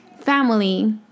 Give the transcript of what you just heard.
family